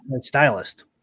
stylist